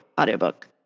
audiobook